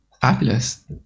fabulous